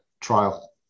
trial